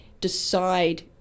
decide